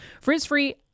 Frizz-free